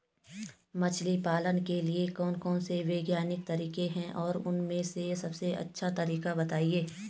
मछली पालन के लिए कौन कौन से वैज्ञानिक तरीके हैं और उन में से सबसे अच्छा तरीका बतायें?